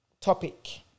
topic